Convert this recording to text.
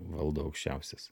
valdo aukščiausias